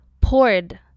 poured